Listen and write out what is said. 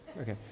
okay